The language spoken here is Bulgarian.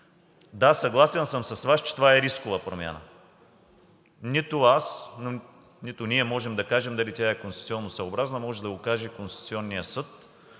Да, съгласен съм с Вас, че това е рискова промяна. Нито аз, нито ние можем да кажем дали тя е конституционосъобразна. Може да го каже Конституционният съд.